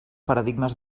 paradigmes